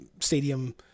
stadium